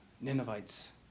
Ninevites